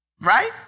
right